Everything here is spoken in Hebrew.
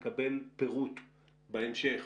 לקבל פירוט בהמשך